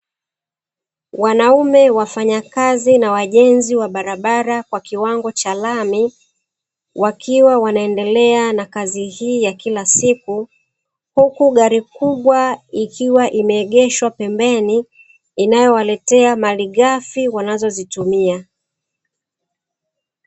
Wanaume wafanyakazi na wajenzi wa barabara kwa kiwango cha lami, wakiwa wanaendelea na kazi hii ya kila siku huku gari kubwa ikiwa imeegeshwa pembeni inayowaletea malighafi wanazozitumia.